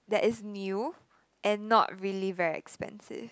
that is new and not really very expensive